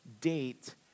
Date